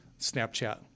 Snapchat